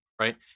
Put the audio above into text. right